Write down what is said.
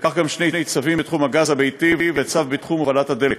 וכך גם שני צווים בתחום הגז הביתי וצו בתחום הובלת הדלק.